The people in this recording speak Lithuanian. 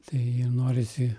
tai norisi